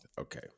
Okay